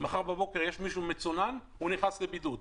מחר בבוקר אם יש מישהו מצונן הוא נכנס לבידוד,